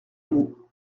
meaux